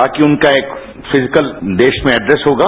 बाकी उनका एक फिजिकल देश में एड्रेस होगा